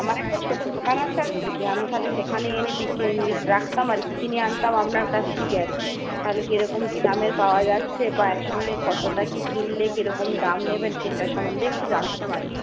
আমার একটা ছোটো দোকান আছে আর কি আমি তাহলে সেখানে এনে রাখতাম আর কি রাখতাম কিনে আনতাম আপনার কাছ থেকে আর কি তাহলে কিরকম কি দামের পাওয়া যাচ্ছে বা একসঙ্গে কতটা কি কিনলে কিরকম দাম নেবেন সেইটা সম্বন্ধে একটু জানতাম আর কি